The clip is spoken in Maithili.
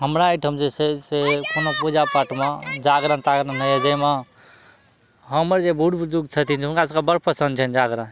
हमरा अइठाम जे छै से कोनो पूजा पाठमे जागरण तागरण होइए जैमे हमर जे बूढ़ बुजुर्ग छथिन जे हुनका सबके बड़ पसन्द छनि जागरण